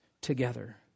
together